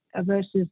versus